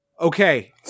okay